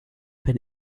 been